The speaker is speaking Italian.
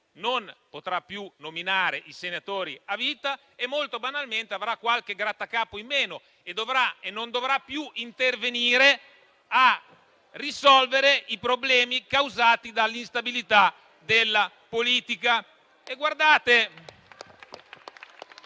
non potrà più nominare i senatori a vita, avrà qualche grattacapo in meno e non dovrà più intervenire per risolvere i problemi causati dall'instabilità della politica.